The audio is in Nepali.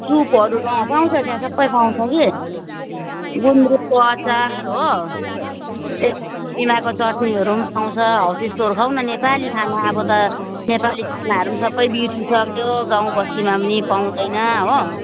सुपहरू अँ पाउँछ त्यहाँ सबै पाउँछ कि गुन्द्रुकको अचार हो त्यहाँ किनेमाको चट्नीहरू पनि पाउँछ हो त्यस्तोहरू खाउँ न नेपाली खाना अब त नेपाली खानाहरू पनि सबै बिर्सिसक्यो गाउँबस्तीमा पनि पाउँदैन हो